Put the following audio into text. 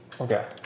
Okay